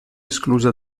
esclusa